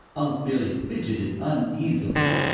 unc' billy fidgeted uneasily.